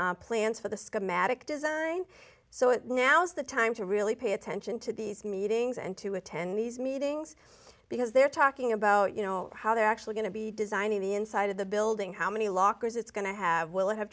on plans for the schematic design so now's the time to really pay attention to these meetings and to attend these meetings because they're talking about you know how they're actually going to be designing the inside of the building how many lockers it's going to have will have